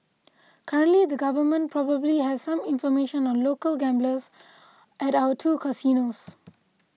currently the government probably has some information on local gamblers at our two casinos